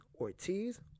Ortiz